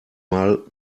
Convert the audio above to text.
mal